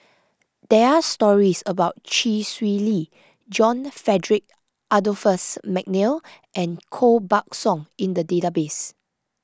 there are stories about Chee Swee Lee John Frederick Adolphus McNair and Koh Buck Song in the database